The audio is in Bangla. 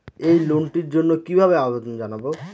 এই লোনটির জন্য কিভাবে আবেদন জানাবো?